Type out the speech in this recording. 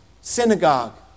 synagogue